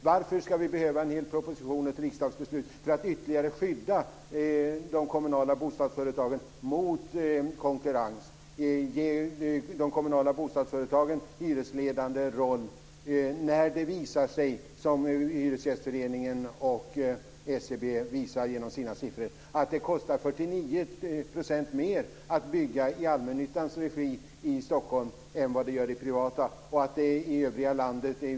Varför ska vi behöva en hel proposition och ett riksdagsbeslut för att ytterligare skydda de kommunala bostadsföretagen mot konkurrens och ge de kommunala bostadsföretagen en hyresledande roll när det visar sig, som Hyresgästföreningen och SCB visar med sina siffror, att det kostar 49 % mer att bygga i allmännyttans regi i mer?